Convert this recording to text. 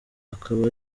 akaba